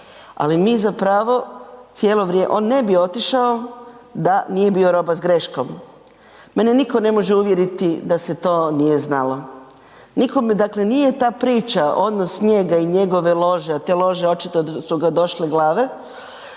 cijelo vrijeme, on ne bi otišao da nije bio roba s greškom. Mene nitko ne može uvjeriti da se to nije znalo. Nitko mi, dakle nije ta priča odnos njega i njegove lože, a ta lože očito su ga došle glave,